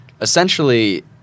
essentially